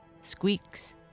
squeaks